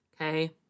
okay